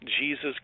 Jesus